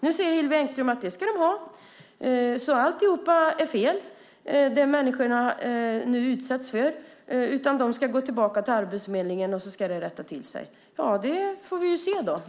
Nu säger Hillevi Engström att det ska de ha, att alltihop som de här människorna nu utsätts för är fel och att de ska gå tillbaka till Arbetsförmedlingen och att allt ska rättas till. Ja, det får vi se då.